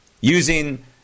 using